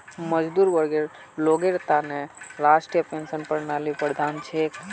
मजदूर वर्गर लोगेर त न राष्ट्रीय पेंशन प्रणाली वरदान छिके